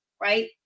right